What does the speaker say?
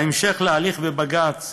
בהמשך להליך בבג"ץ